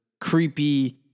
creepy